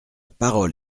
parole